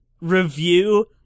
review